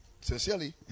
sincerely